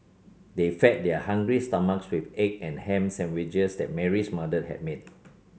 they fed their hungry stomachs with egg and ham sandwiches that Mary's mother had made